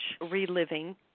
reliving